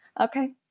Okay